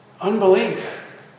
Unbelief